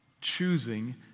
choosing